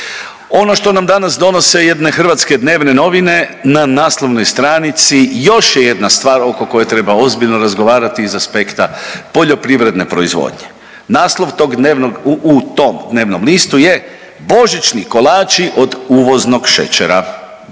Ono što nam danas donose jedne hrvatske dnevne novine na naslovnoj stranici još je jedna stvar oko koje treba ozbiljno razgovarati iz aspekta poljoprivredne proizvodnje. Naslov tog dnevnog, u tom dnevnom listu je Božićni kolači od uvoznog šećera.